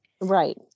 Right